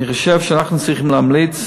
אני חושב שאנחנו צריכים להמליץ